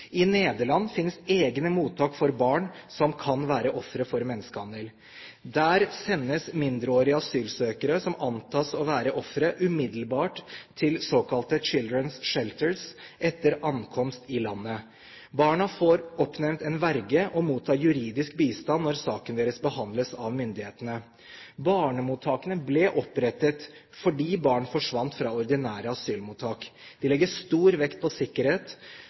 I Nederland finnes egne mottak for barn som kan være ofre for menneskehandel. Der sendes mindreårige asylsøkere som antas å være ofre, umiddelbart til såkalte «children’s shelters» etter ankomst i landet. Barna får oppnevnt en verge og mottar juridisk bistand når saken deres behandles av myndighetene. Barnemottakene ble opprettet fordi barn forsvant fra ordinære asylmottak. De legger stor vekt på sikkerhet,